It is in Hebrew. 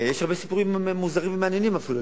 יש הרבה סיפורים מוזרים, ומעניינים אפילו.